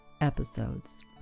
episodes